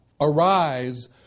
arise